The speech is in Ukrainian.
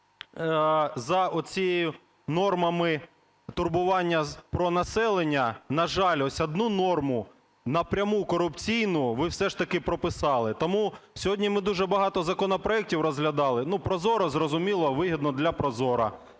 за от цими нормами турбування про населення, на жаль, ось одну норму напряму корупційну ви все ж таки прописали. Тому сьогодні ми дуже багато законопроекті розглядали, ну, прозоро, зрозуміло, вигідно для